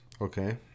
okay